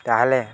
ତା'ହେଲେ